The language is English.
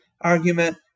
argument